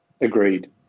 agreed